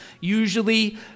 usually